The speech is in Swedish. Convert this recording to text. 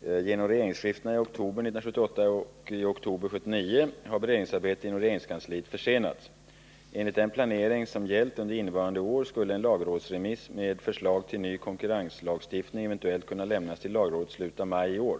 Till följd av regeringsskiftena i oktober 1978 och i oktober 1979 har beredningsarbetet inom regeringskansliet försenats. Enligt den planering som gällt under innevarande år skulle en lagrådsremiss med förslag till ny konkurrenslagstiftning eventuellt kunna lämnas till lagrådet i slutet av maj i år.